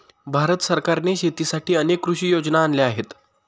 भारत सरकारने शेतीसाठी अनेक कृषी योजना आणल्या आहेत